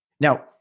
Now